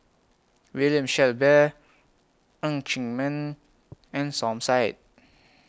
William Shellabear Ng Chee Meng and Som Said